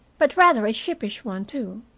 but rather a sheepish one, too.